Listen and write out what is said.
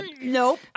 Nope